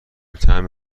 طعم